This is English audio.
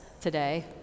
today